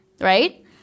right